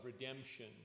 redemption